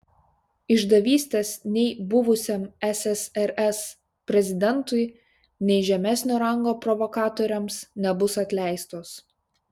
išdavystės nei buvusiam ssrs prezidentui nei žemesnio rango provokatoriams nebus atleistos